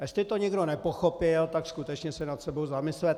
Jestli to někdo nepochopil, tak skutečně se nad sebou zamyslete.